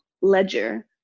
ledger